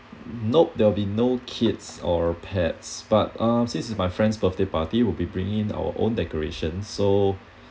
nope there will be no kids or pets but uh since it's my friend's birthday party we'll be bring in our own decoration so